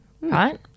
right